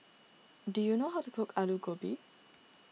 do you know how to cook Aloo Gobi